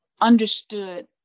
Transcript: understood